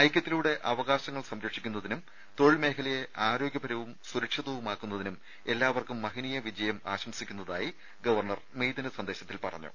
ഐക്യത്തിലൂടെ അവകാശങ്ങൾ സംരക്ഷിക്കുന്നതിനും തൊഴിൽ മേഖലയെ ആരോഗ്യപരവും സുരക്ഷിതവുമാക്കുന്നതിനും എല്ലാവർക്കും മഹനീയ വിജയനം ആശംസിക്കുന്നതായി ഗവർണർ മെയ് ദിന സന്ദേശത്തിൽ പറഞ്ഞു